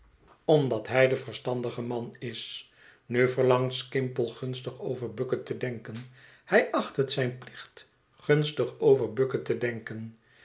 omdat hij de verstandige man is nu verlangt skimpole gunstig over bucket te denken hij acht het zijn plicht gunstig over bucket te denken